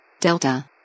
Delta